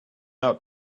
out